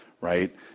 right